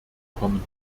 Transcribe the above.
kommen